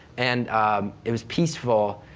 and it was peaceful,